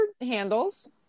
handles